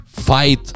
Fight